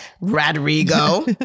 Rodrigo